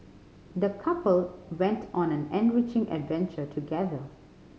the couple went on an enriching adventure together